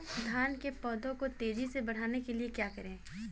धान के पौधे को तेजी से बढ़ाने के लिए क्या करें?